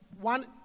One